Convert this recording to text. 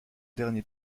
derniers